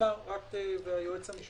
אני רק רוצה לומר משהו ליועץ המשפטי.